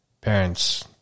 parents